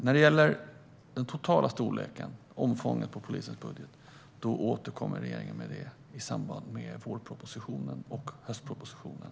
När det gäller den totala storleken och omfånget på polisens budget återkommer regeringen om detta i samband med vårpropositionen och höstpropositionen.